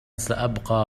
سأبقى